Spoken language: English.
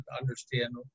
understand